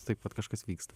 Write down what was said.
taip vat kažkas vyksta